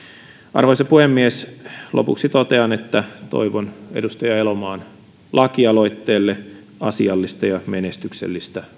arvoisa puhemies lopuksi totean että toivon edustaja elomaan lakialoitteelle asiallista ja menestyksellistä